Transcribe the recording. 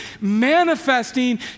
manifesting